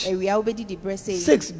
Six